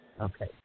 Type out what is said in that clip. Okay